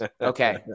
Okay